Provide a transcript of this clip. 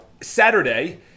Saturday